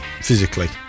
physically